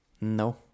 No